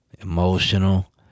Emotional